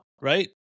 right